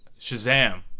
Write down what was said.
Shazam